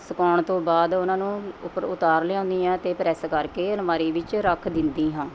ਸੁਕਾਉਣ ਤੋਂ ਬਾਅਦ ਉਨ੍ਹਾਂ ਨੂੰ ਉਪਰੋਂ ਉਤਾਰ ਲਿਆਉਨੀ ਹਾਂ ਅਤੇ ਪ੍ਰੈੱਸ ਕਰਕੇ ਅਲਮਾਰੀ ਵਿੱਚ ਰੱਖ ਦਿੰਦੀ ਹਾਂ